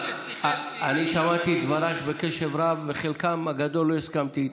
אני שמעתי דברייך בקשב רב ולחלקם הגדול לא הסכמתי,